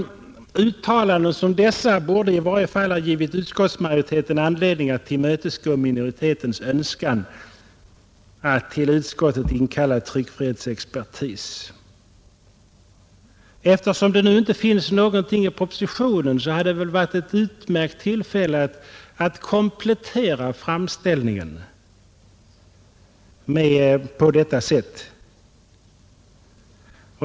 Uttalanden som dessa borde i varje fall givit utskottsmajoriteten anledning att tillmötesgå minoritetens önskan att till utskottet inkalla tryckfrihetsexpertis. Eftersom det nu inte finns någonting i propositionen om denna sida av saken, hade det väl varit ett utmärkt tillfälle att komplettera framställningen på detta sätt.